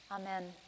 Amen